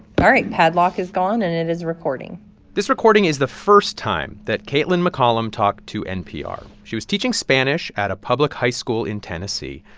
but padlock is gone, and it is recording this recording is the first time that kaitlyn mccollum talked to npr. she was teaching spanish at a public high school in tennessee.